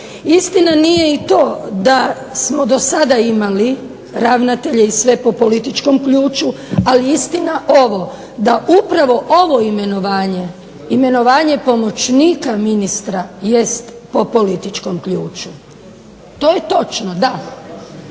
Istina nije i to da smo do sada imali ravnatelje i sve po političkom ključu, ali je istina ovo da upravo ovo imenovanje, imenovanje pomoćnika ministra jest po političkom ključu. To je točno, da.